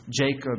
Jacob